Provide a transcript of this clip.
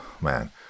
Man